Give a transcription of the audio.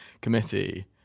Committee